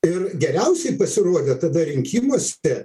ir geriausiai pasirodė tada rinkimuose